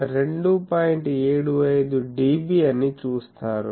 75 dB అని చూస్తారు